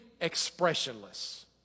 expressionless